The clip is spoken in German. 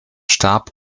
starb